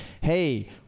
Hey